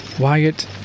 Wyatt